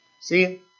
See